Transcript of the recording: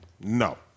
no